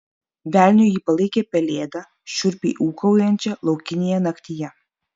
velniu ji palaikė pelėdą šiurpiai ūkaujančią laukinėje naktyje